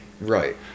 Right